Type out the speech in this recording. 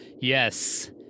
yes